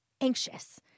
anxious